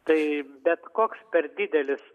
tai bet koks per didelis